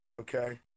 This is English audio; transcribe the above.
okay